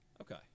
Okay